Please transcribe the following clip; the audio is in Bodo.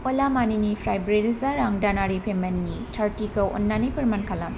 अला मानिनिफ्राय ब्रैरोजा रां दानारि पेमेन्टनि थारथिखौ अन्नानै फोरमान खालाम